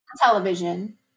television